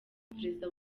perezida